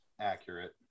accurate